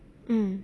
mm